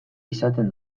izaten